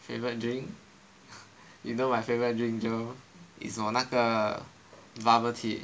favourite drink you know my favorite drink Jerome it's you know 那个 bubble tea